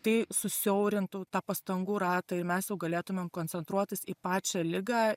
tai susiaurintų tą pastangų ratą ir mes jau galėtumėm koncentruotis į pačią ligą